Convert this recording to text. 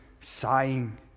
sighing